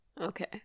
okay